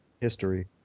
history